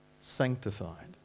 sanctified